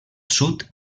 sud